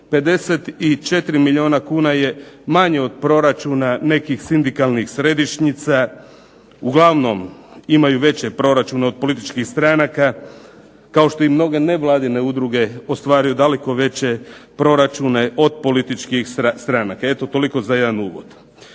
54 milijuna kuna je manje od proračuna nekih sindikalnih središnjica, uglavnom imaju veće proračune od političkih stranaka, kao što i mnoge nevladine udruge ostvaruju daleko veće proračune od političkih stranaka. Eto toliko za jedan uvod.